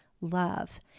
love